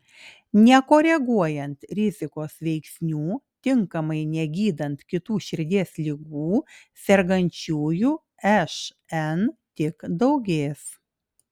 nekoreguojant rizikos veiksnių tinkamai negydant kitų širdies ligų sergančiųjų šn tik daugės